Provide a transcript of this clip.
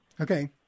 Okay